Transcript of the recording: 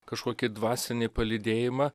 kažkokį dvasinį palydėjimą